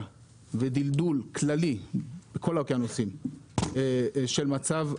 ודלדול כללי בכל האוקיינוסים של מצב הדגה,